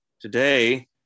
today